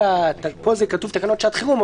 פה כתוב תקנות שעת חירום,